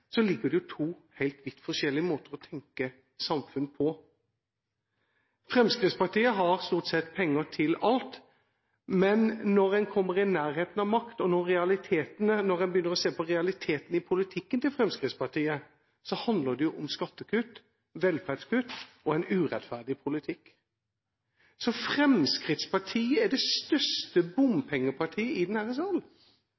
to vidt forskjellige måter å tenke samfunn på. Fremskrittspartiet har stort sett penger til alt. Men når en kommer i nærheten av makt, og når en begynner å se på realitetene i politikken til Fremskrittspartiet, handler det jo om skattekutt, velferdskutt og en urettferdig politikk. Fremskrittspartiet er det største